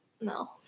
No